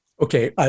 Okay